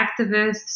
activists